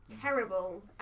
terrible